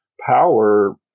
power